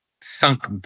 sunk